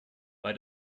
bei